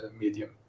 medium